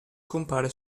compare